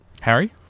Harry